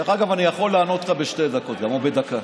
דרך אגב, אני יכול לענות לך בשתי דקות, גם בדקה.